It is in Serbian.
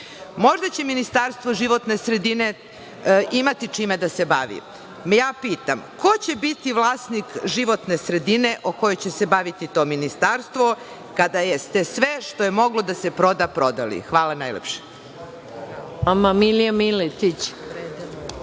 vodi“.Možda će Ministarstvo životne sredine imati čime da se bavi. Pitam – ko će biti vlasnik životne sredine o kojoj će se baviti to ministarstvo kada ste sve što je moglo da se proda prodali? Hvala najlepše.